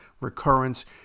recurrence